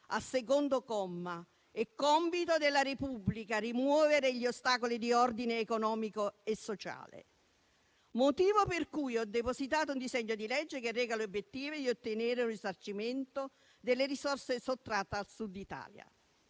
al secondo comma: «È compito della Repubblica rimuovere gli ostacoli di ordine economico e sociale (...)». Per tale motivo, ho depositato un disegno di legge che reca l'obiettivo di ottenere un risarcimento delle risorse sottratte al Sud Italia.